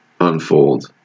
unfold